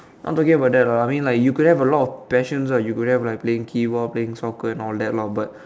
not talking about that lah I mean like you could have a lot of passions ah you could have like playing keyboard playing soccer and all that lah but